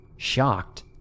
Shocked